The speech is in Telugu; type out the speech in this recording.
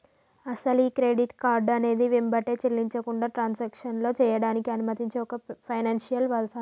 అసలు ఈ క్రెడిట్ కార్డు అనేది వెంబటే చెల్లించకుండా ట్రాన్సాక్షన్లో చేయడానికి అనుమతించే ఒక ఫైనాన్షియల్ సాధనం